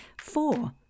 Four